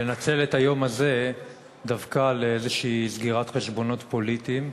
לנצל את היום הזה דווקא לאיזושהי סגירת חשבונות פוליטיים.